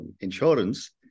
insurance